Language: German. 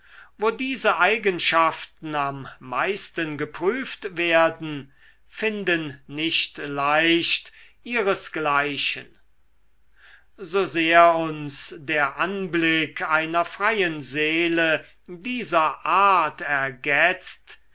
wo diese eigenschaften am meisten geprüft werden finden nicht leicht ihresgleichen so sehr uns der anblick einer freien seele dieser art ergetzt